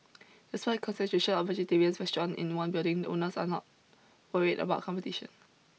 despite concentration of vegetarian restaurants in one building owners there are not worried about competition